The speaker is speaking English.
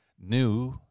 new